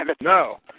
No